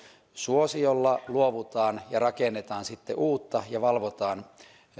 suosiolla luovutaan ja rakennetaan sitten uutta ja valvotaan